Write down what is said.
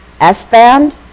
S-band